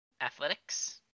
Athletics